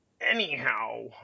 anyhow